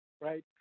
right